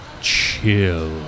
chill